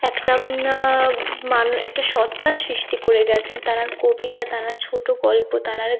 একটা মানে একটা সত্ত্বার সৃষ্টি করে গিয়েছেন তেনার কবিতা তেনার ছোট গল্প তেনার